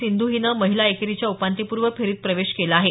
सिंधू हिनं महिला एकेरीच्या उपांत्यपूर्व फेरीत प्रवेश केला आहे